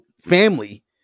family